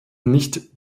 nicht